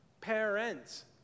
Parents